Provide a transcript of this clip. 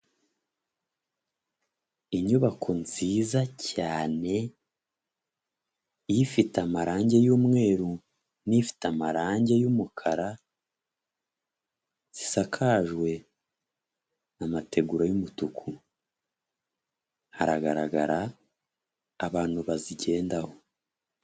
Inyubako nziza cyane, ifite amarangi y'umweru, n'ifite amarangi y'umukara zisakajwe amategura y'umutuku hagaragara abantu bazigendaho.